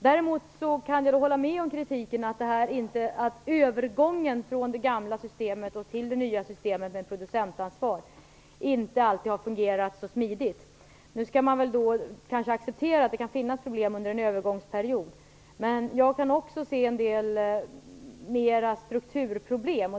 Däremot kan jag hålla med om kritiken att övergången från det gamla systemet till det nya systemet med producentansvar inte alltid har fungerat så smidigt. Nu skall man kanske acceptera att det kan finnas problem under en övergångsperiod. Men jag kan också se en del strukturproblem.